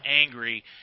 angry